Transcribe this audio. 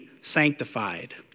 sanctified